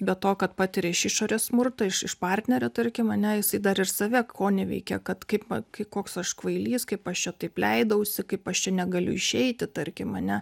be to kad patiria iš išorės smurtą iš iš partnerio tarkim ane jisai dar ir save koneveikia kad kaip va koks aš kvailys kaip aš čia taip leidausi kaip aš čia negaliu išeiti tarkim ane